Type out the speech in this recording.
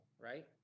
right